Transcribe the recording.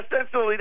essentially